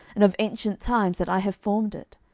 and of ancient times that i have formed it?